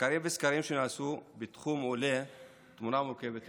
ממחקרים וסקרים שעשו בתחום עולה תמונה מורכבת יותר: